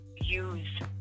use